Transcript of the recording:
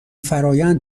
فرایند